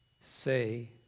say